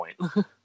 point